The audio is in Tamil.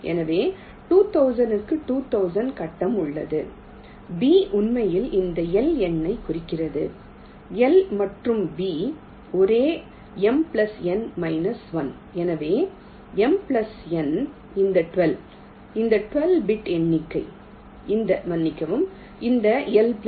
எனவே 2000 க்குள் 2000 கட்டம் உள்ளது B உண்மையில் இந்த L எண்ணைக் குறிக்கிறது L மற்றும் B ஒரே MN 1 எனவே MN இந்த 12 இந்த 12 பிட் எண்ணிக்கை இந்த மன்னிக்கவும் இந்த L2